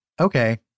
Okay